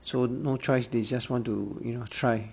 so no choice they just want to you know try